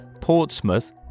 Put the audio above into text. Portsmouth